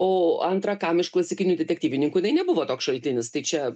o antra kam iš klasikinių detektyvininkų jinai nebuvo toks šaltinis tai čia